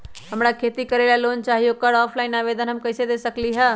हमरा खेती करेला लोन चाहि ओकर ऑफलाइन आवेदन हम कईसे दे सकलि ह?